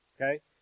okay